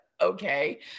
okay